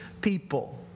people